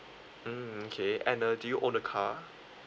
mm okay and uh do you own a car